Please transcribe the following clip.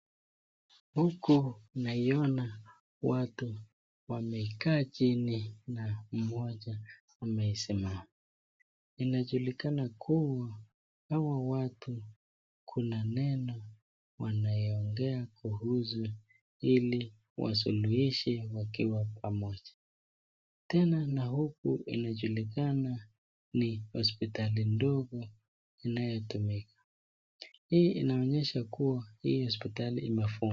Huku naiona watu wamaikaa jini na mmoja amesimama. Inajulikana kuwa hawa watu wanaongea kuhusu ili wasuluhishe wakiwa pamoja. Tena na huku inajulikana ni hospitali ndogo inayotumika. Hii inaonyesha kuwa hii hospitali imefungwa.